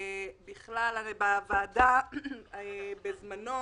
הרי הוועדה בזמנו